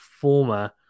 former